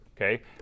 okay